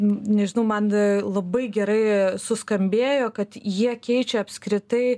nežinau man labai gerai suskambėjo kad jie keičia apskritai